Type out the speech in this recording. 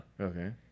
Okay